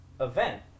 event